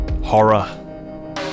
horror